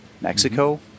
Mexico